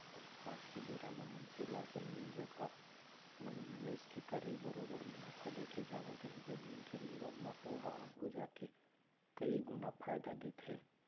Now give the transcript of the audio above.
आज के बेरा म मनसे ला जमीन जघा म निवेस के करई बरोबर मुनाफा देके जावत हे जमीन के लेवब म ओहा आघु जाके कई गुना फायदा देथे